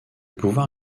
pouvoir